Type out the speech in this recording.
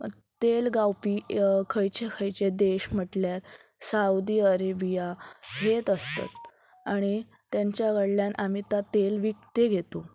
तेल गावपी खंयचे खंयचे देश म्हटल्यार सावदी अरेबिया हेत आसतात आनी तेंच्या कडल्यान आमी ता तेल विकते घेतू